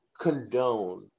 condone